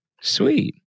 Sweet